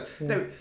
No